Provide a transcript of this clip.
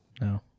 No